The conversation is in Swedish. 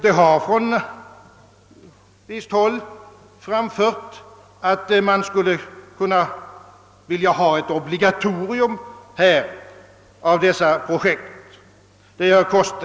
Det har från visst håll framhållits att man skulle vilja göra dessa projekt till obligatorier.